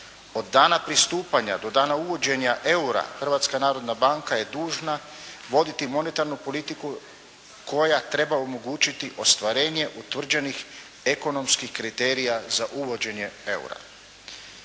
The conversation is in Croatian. Od dana pristupanja do dana uvođenja eura, Hrvatska narodna banka je dužna voditi monetarnu politiku koja treba omogućiti ostvarenje utvrđenih ekonomskih kriterija za uvođenje eura.